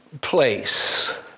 place